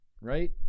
right